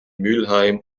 mülheim